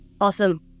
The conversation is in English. Awesome